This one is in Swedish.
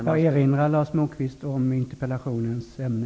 Jag erinrar Lars Moquist om interpellationens ämne.